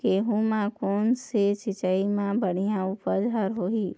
गेहूं म कोन से सिचाई म बड़िया उपज हर होही?